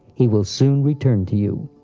he will soon return to you.